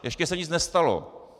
Ještě se nic nestalo.